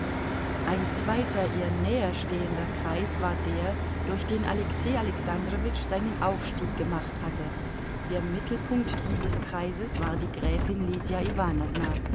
ein zweiter ihr näherstehender kreis war der durch den alexei alexandrowitsch seinen aufstieg gemacht hatte der mittelpunkt dieses kreises war die gräfin lydia